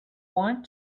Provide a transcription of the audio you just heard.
want